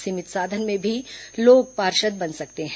सीमित साधन में भी लोग पार्षद बन सकते हैं